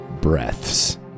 breaths